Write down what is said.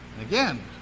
Again